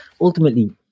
Ultimately